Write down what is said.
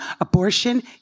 abortion